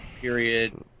period